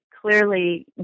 clearly